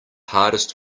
hardest